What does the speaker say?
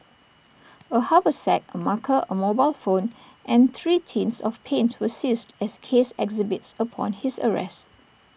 A haversack A marker A mobile phone and three tins of paint were seized as case exhibits upon his arrest